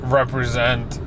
represent